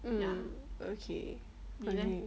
um okay